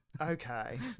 Okay